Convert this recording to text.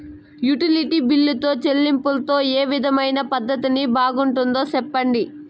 Utility బిల్లులో చెల్లింపులో ఏ విధమైన పద్దతి బాగుంటుందో సెప్పండి?